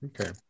Okay